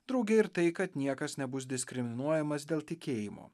drauge ir tai kad niekas nebus diskriminuojamas dėl tikėjimo